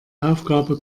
aufgabe